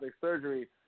surgery